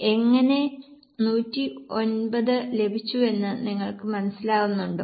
എങ്ങനെ 109 ലഭിച്ചുവെന്ന് നിങ്ങൾക്ക് മനസ്സിലാകുന്നുണ്ടോ